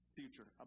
future